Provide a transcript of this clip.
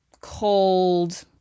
cold